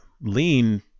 Lean